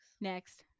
Next